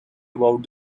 about